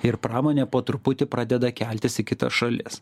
ir pramonė po truputį pradeda keltis į kitas šalis